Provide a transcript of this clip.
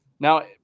Now